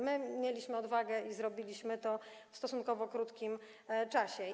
My mieliśmy odwagę i zrobiliśmy to w stosunkowo krótkim czasie.